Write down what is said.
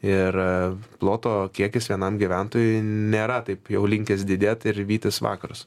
ir ploto kiekis vienam gyventojui nėra taip jau linkęs didėt ir vytis vakarus